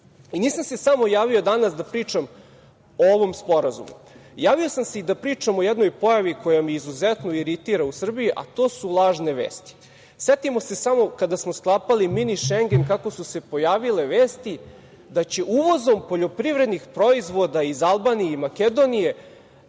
živom. Nisam se samo javio danas da pričam o ovom sporazumu. Javio sam se i da pričam o jednoj pojavi koja me izuzetno iritira u Srbiji, a to su lažne vesti. Setimo se samo kada smo sklapali „mini Šengen“ kako su se pojavile vesti da će uvozom poljoprivrednih proizvoda iz Albanije i Makedonije